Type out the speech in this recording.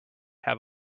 have